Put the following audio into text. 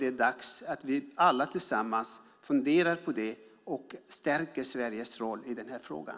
Det är dags att vi alla tillsammans funderar på det och stärker Sveriges roll i den frågan.